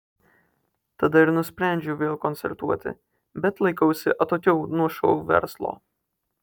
tada ir nusprendžiau vėl koncertuoti bet laikausi atokiau nuo šou verslo